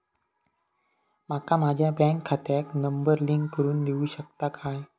माका माझ्या बँक खात्याक नंबर लिंक करून देऊ शकता काय?